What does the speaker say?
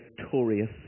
victorious